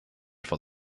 for